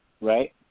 Right